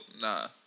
nah